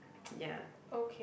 ya